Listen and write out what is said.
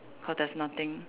cause there's nothing